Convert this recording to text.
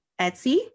Etsy